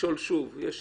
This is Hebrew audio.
לשאול שוב, יש